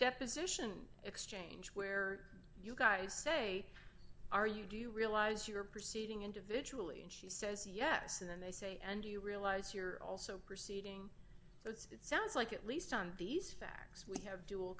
deposition exchange where you guys say are you do you realize you're proceeding individually and she says yes and then they say and you realize you're also proceeding so it's sounds like at least on these facts we have dual